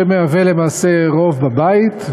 שמהווה למעשה רוב בבית,